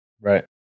Right